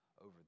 over